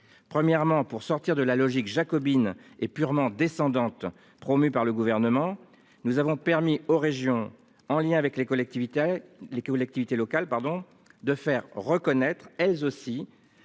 Premièrement, pour sortir de la logique jacobine et purement descendante promue par le gouvernement. Nous avons permis aux régions en lien avec les collectivités, les collectivités locales, pardon de faire reconnaître elles aussi